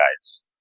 guys